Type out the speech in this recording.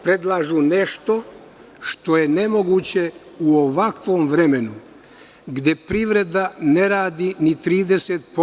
Predlažu nešto što je nemoguće u ovakvom vremenu gde privreda ne radi ni 30%